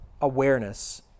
awareness